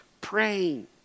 praying